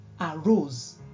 arose